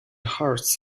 hearts